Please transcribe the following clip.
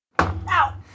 Ow